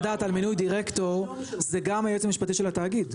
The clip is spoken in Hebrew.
דעת על מינוי דירקטור זה גם היועץ המשפטי של התאגיד.